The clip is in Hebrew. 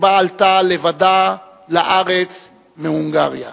שבה עלתה לבדה לארץ מהונגריה.